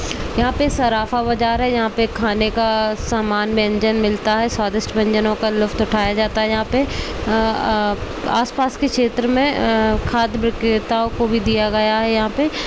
यहाँ पे सराफ़ा बाज़ार है यहाँ पे खाने का समान व्यंजन मिलता है स्वादिष्ट व्यंजनों का लुत्फ़ उठाया जाता है यहाँ पे आसपास के क्षेत्र में खाद विक्रेताओं को भी दिया गया है यहाँ पे